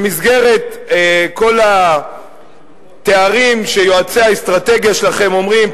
במסגרת כל התארים שיועצי האסטרטגיה שלכם אומרים,